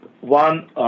one